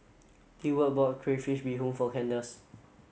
Deward bought Crayfish Beehoon for Candice